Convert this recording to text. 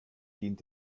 dient